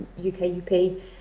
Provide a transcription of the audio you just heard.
UKUP